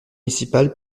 municipal